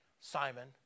Simon